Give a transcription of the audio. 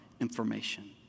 information